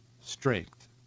strength